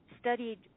studied